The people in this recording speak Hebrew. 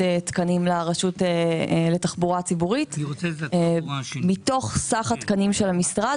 תקנים לרשות לתחבורה ציבורית מתוך סך התקנים של המשרד,